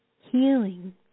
healing